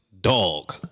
dog